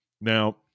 now